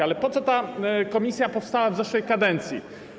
Ale po co ta komisja powstała w zeszłej kadencji?